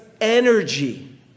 energy